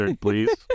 please